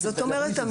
זאת אומרת,